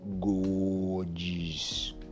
gorgeous